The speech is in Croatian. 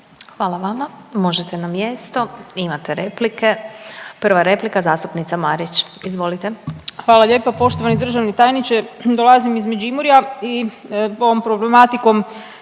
Hvala vama. Možete na mjesto. Imate replike. Prva replika zastupnica Marić, izvolite. **Marić, Andreja (SDP)** Hvala lijepa. Poštovani državni tajniče dolazim iz Međimurja i ovom problematikom